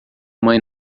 mãe